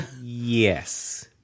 Yes